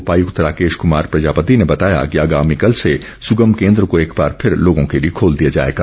उपायुक्त राकेश कुमार प्रजापति ने बताया कि आगामी कल से सुगम केन्द्र को एक बार फिर लोगों के लिए खोल दिया जाएगा